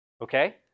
Okay